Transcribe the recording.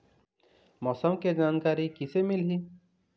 मौसम के जानकारी किसे मिलही?